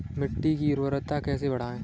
मिट्टी की उर्वरता कैसे बढ़ाएँ?